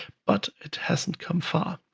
but it hasn't come far.